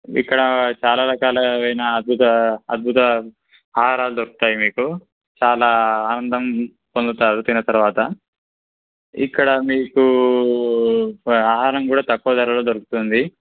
ఇక్కడ చాలా రకాలైన అద్భుత అద్భుత ఆహారాలు దొరుకుతాయి మీకు చాలా ఆనందం పొందుతాారు తిన్న తర్వాత ఇక్కడ మీకు ఆహారం కూడా తక్కువ ధరలో దొరుకుతుంది